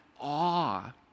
awe